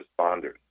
responders